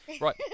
Right